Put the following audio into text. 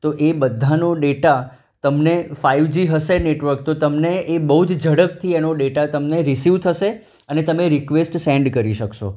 તો એ બધાનો ડેટા તમને ફાઇવજી હશે નેટવર્ક તો તમને એ બહુ જ ઝડપથી એનો ડેટા તમને રિસીવ થશે અને તમે રિક્વેસ્ટ સેન્ડ કરી શકશો